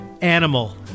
animal